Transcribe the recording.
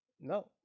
no